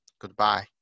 Goodbye